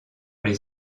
les